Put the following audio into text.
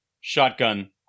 shotgun